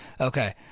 Okay